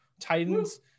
Titans